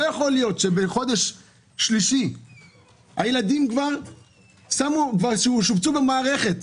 לא יכול להיות שבחודש שלישי הילדים כבר שובצו במערכת.